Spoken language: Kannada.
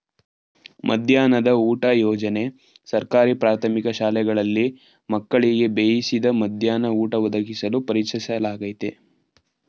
ಮಧ್ಯಾಹ್ನದ ಊಟ ಯೋಜನೆ ಸರ್ಕಾರಿ ಪ್ರಾಥಮಿಕ ಶಾಲೆಗಳಲ್ಲಿ ಮಕ್ಕಳಿಗೆ ಬೇಯಿಸಿದ ಮಧ್ಯಾಹ್ನ ಊಟ ಒದಗಿಸಲು ಪರಿಚಯಿಸ್ಲಾಗಯ್ತೆ